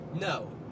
No